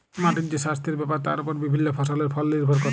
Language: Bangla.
মাটির যে সাস্থের ব্যাপার তার ওপর বিভিল্য ফসলের ফল লির্ভর ক্যরে